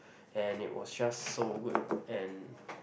and it was just so good and